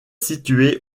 située